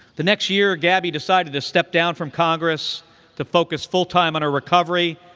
the next year, gabby decided to step down from congress to focus full time on her recovery,